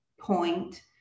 point